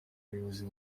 bayobozi